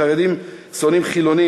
חרדים שונאים חילונים,